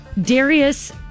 Darius